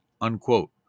unquote